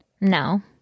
No